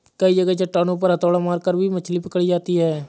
कई जगह चट्टानों पर हथौड़ा मारकर भी मछली पकड़ी जाती है